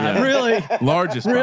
really largest, yeah